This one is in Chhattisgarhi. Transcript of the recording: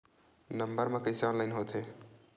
नम्बर मा कइसे ऑनलाइन होथे?